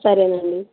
సరేనండి